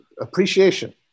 appreciation